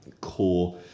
core